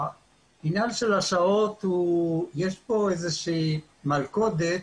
בעניין של השעות יש פה איזושהי מלכודת,